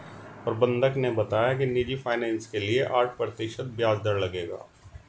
प्रबंधक ने बताया कि निजी फ़ाइनेंस के लिए आठ प्रतिशत ब्याज दर लगेगा